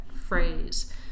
phrase